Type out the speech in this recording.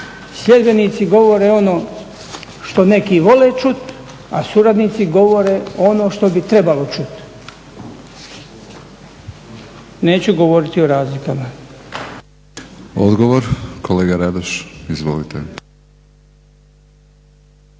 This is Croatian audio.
Sljedbenici govore ono što neki vole čuti, a suradnici govore ono što bi trebalo čuti. Neću govoriti o razlikama. **Batinić, Milorad